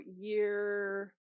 year